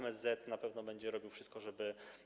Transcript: MSZ na pewno będzie robiło wszystko, żeby.